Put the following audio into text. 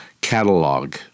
catalog